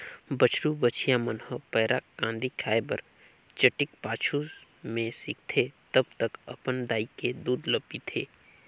बछरु बछिया मन ह पैरा, कांदी खाए बर चटिक पाछू में सीखथे तब तक अपन दाई के दूद ल पीथे